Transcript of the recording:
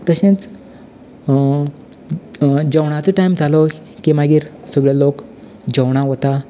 तशेंच जेवणाचो टायम जालो की मागीर सगलो लोक जेवणा वता